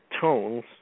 tones